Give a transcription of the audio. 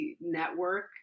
network